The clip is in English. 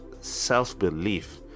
self-belief